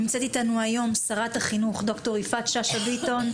נמצאת אתנו היום שרת החינוך ד"ר יפעת שאשא ביטון,